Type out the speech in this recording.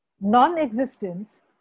non-existence